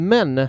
Men